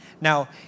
Now